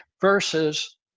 versus